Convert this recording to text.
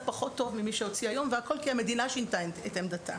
פחות טוב ממי שהוציא היום והכול כי המדינה שינתה את עמדתה.